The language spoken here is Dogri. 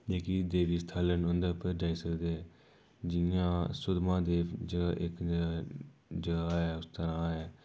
जेह्की देवी स्थल न ओह्दे उप्पर जाई सकदे जियां सुद्ध महादेव च इक जगह् ऐ उसदा नांऽ ऐ